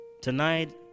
Tonight